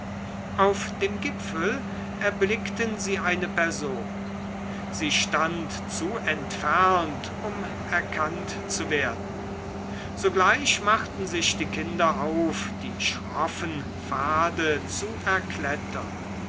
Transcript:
auf dem gipfel erblickten sie eine person sie stand zu entfernt um erkannt zu werden sogleich machten sich die kinder auf die schroffen pfade zu erklettern